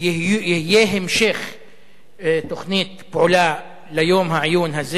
יהיה המשך תוכנית פעולה ליום העיון הזה,